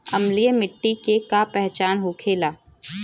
अम्लीय मिट्टी के का पहचान होखेला?